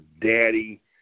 daddy